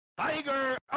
tiger